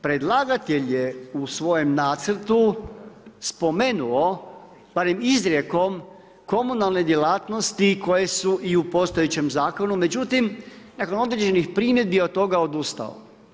Predlagatelj je u svojem nacrtu spomenuo barem izrijekom komunalne djelatnosti koje su i u postojećem zakonu, međutim nakon određenih primjedbi od toga odustao.